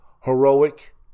Heroic